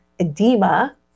edema